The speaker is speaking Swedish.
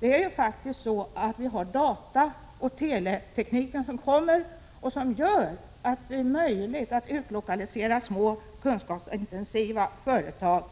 Vi har faktiskt data, och den teleteknik som kommer gör det möjligt att utlokalisera små kunskapsintensiva företag